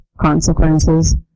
consequences